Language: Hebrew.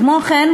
כמו כן,